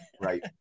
Right